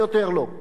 תודה רבה.